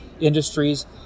industries